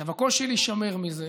עכשיו, הקושי להישמר מזה